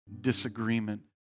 disagreement